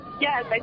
Yes